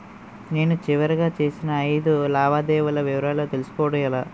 నేను చివరిగా చేసిన ఐదు లావాదేవీల వివరాలు తెలుసుకోవటం ఎలా?